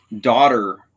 daughter